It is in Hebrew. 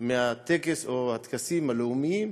מהטקסים הלאומיים,